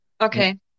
Okay